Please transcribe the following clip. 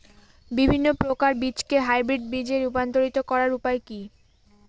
বিভিন্ন প্রকার বীজকে হাইব্রিড বীজ এ রূপান্তরিত করার উপায় কি?